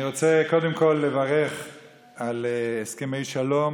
אני רוצה קודם כול לברך על הסכמי שלום,